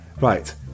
Right